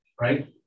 right